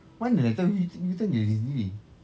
mana lah I tahu you tanya lah diri sendiri